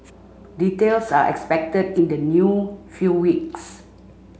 details are expected in the new few weeks